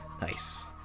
Nice